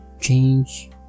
change